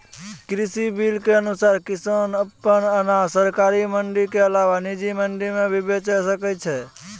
कृषि बिल के अनुसार किसान अप्पन अनाज सरकारी मंडी के अलावा निजी मंडी मे भी बेचि सकै छै